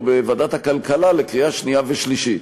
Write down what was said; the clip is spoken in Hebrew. בוועדת הכלכלה לקריאה שנייה ושלישית,